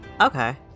Okay